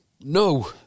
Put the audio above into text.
No